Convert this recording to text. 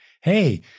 hey